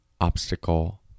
obstacle